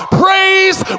praise